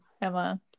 Emma